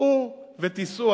צאו ותיסעו.